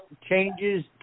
changes